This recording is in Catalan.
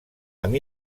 amb